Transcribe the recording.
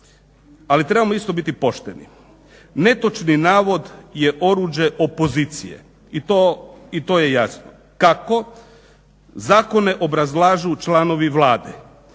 ali trebamo isto biti pošteni. Netočni navod je oruđe opozicije i to je jasno. Kako, zakone obrazlažu članovi Vlade,